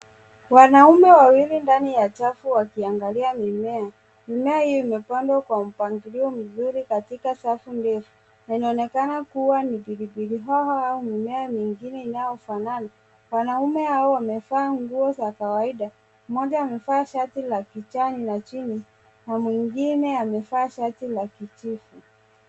Wanaume wawili ndani ya chafu wakiangalia mimemea, mimea hii imepandwa kwa mpangilio mzuri katika safu ndefu na inaonekana kuwa ni pilipili hoho au mimea mingine inayo fanana wanaume hao wamevaa nguo za kawaida, mmoja amevaa shati la kijani na jean na mwingine aevaa shati la kijivu.